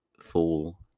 full